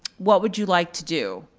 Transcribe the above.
what would you like to do?